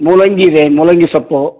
ಮೂಲಂಗಿ ಇದೆ ಮೂಲಂಗಿ ಸೊಪ್ಪು